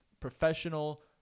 professional